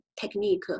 technique